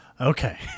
Okay